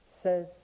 says